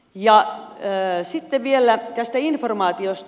ja sitten vielä tästä informaatiosta